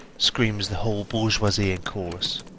screams the whole bourgeoisie in chorus.